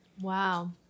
wow